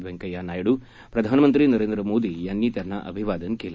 व्यंकैय्या नायडू प्रधानमंत्री नरेंद्र मोदी यांनी त्यांना अभिवादन केलं